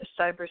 Cyber